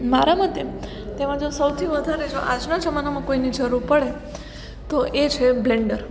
મારા મતે તેમાં જો સૌથી વધારે જો આજના જમાનામાં કોઇની જરૂર પડે તે એ છે બ્લેન્ડર